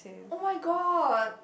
oh-my-god